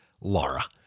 Laura